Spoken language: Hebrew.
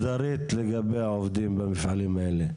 מגדרית לגבי העובדים במפעלים האלה?